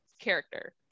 character